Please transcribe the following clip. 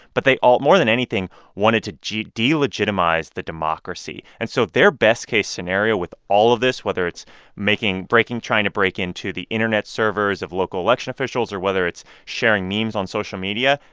but they all more than anything wanted to delegitimize the democracy. and so their best-case scenario with all of this, whether it's making breaking trying to break into the internet servers of local election officials or whether it's sharing memes on social media,